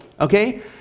okay